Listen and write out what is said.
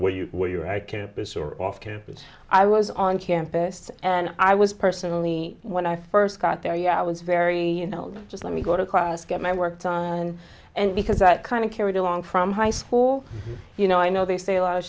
where you where you are right campus or off campus i was on campus and i was personally when i first got there yeah i was very ill just let me go to class get my work done and because that kind of carried along from high school you know i know they say a lot of